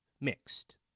mixed